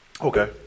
Okay